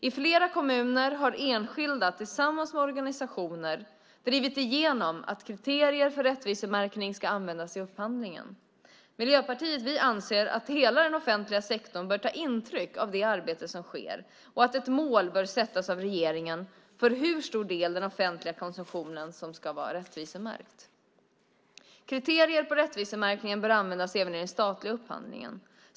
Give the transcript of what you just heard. I flera kommuner har enskilda tillsammans med organisationer drivit igenom att kriterier för rättvisemärkning ska användas i upphandlingen. Miljöpartiet anser att hela den offentliga sektorn bör ta intryck av det arbete som sker och att ett mål bör sättas av regeringen för hur stor del av den offentliga konsumtionen som ska vara rättvisemärkt. Kriterier för rättvisemärkning bör användas även i den statliga upphandlingen.